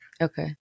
Okay